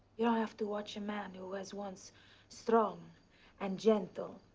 you don't have to watch a man who was once strong and gentle,